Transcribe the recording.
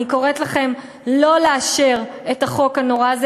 אני קוראת לכם לא לאשר את החוק הנורא הזה.